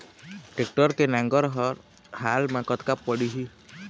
Tractor के नांगर हर हाल मा कतका पड़िही?